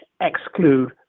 exclude